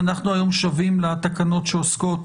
ואנחנו היום שבים לתקנות שעוסקות